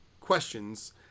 questions